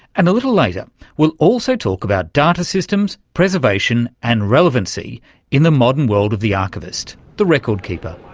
and a little later we'll also talk about data systems, preservation and relevancy in the modern world of the archivist, the record keeper.